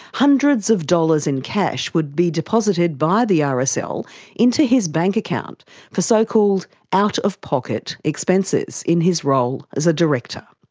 hundreds of dollars in cash would be deposited by the ah rsl into his bank account for so-called out-of-pocket expenses, in his role as a director.